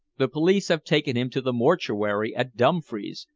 the police have taken him to the mortuary at dumfries,